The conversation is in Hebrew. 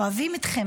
אוהבים אתכם,